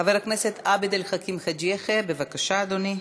חבר הכנסת עבד אל חכים חאג' יחיא, בבקשה, אדוני.